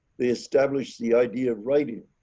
they establish the idea of writing,